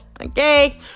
Okay